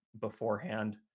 beforehand